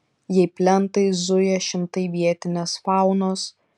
jei plentais zuja šimtai vietinės faunos